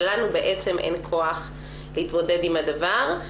ולנו אין כוח להתמודד עם הדבר.